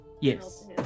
Yes